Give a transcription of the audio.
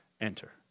enter